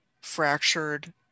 fractured